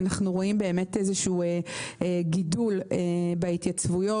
אנחנו רואים איזשהו גידול בהתייצבויות.